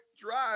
drive